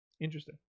Interesting